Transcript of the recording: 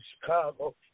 Chicago